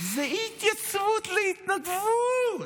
זה אי-התייצבות להתנדבות.